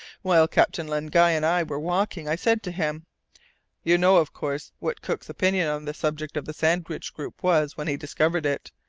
while captain len guy and i were walking, i said to him you know, of course, what cook's opinion on the subject of the sandwich group was when he discovered it.